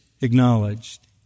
acknowledged